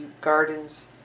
gardens